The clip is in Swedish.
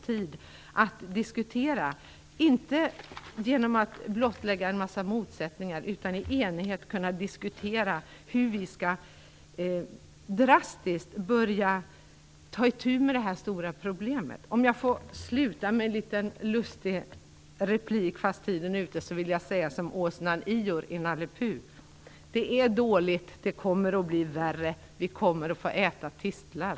I stället hoppas jag att vi då får tid att diskutera, inte genom att blottlägga en massa motsättningar utan i enighet, hur vi drastiskt skall börja ta itu med detta stora problem. Taletiden är slut, men jag skulle vilja avsluta med en lustig replik genom att säga som åsnan Ior i Nalle Puh: Det är dåligt. Det kommer att bli värre. Vi kommer att få äta tistlar.